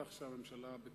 כך שהממשלה בטוחה,